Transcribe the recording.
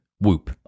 Whoop